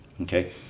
okay